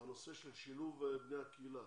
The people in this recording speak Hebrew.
והנושא של שילוב בני הקהילה